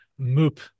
Moop